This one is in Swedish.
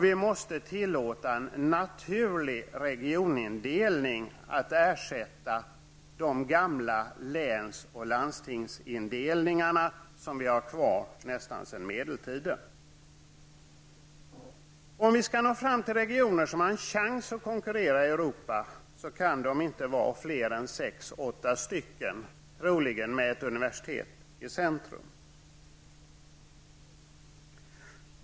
Vi måste även tillåta en naturlig regionindelning i stället för de gamla läns och landstingsindelningarna, som vi har kvar nästan sedan medeltiden. Om vi skall nå fram till regioner som har en chans att konkurrera i Europa kan de inte vara fler än sex--åtta stycken, troligen med ett universitet i centrum.